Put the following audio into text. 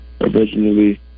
originally